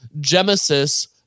GEMESIS